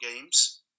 games